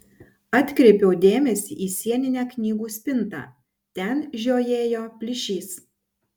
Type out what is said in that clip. atkreipiau dėmesį į sieninę knygų spintą ten žiojėjo plyšys